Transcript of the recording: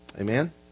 Amen